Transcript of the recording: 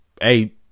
hey